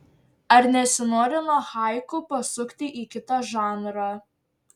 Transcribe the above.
ar nesinori nuo haiku pasukti į kitą žanrą